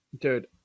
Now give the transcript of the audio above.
Dude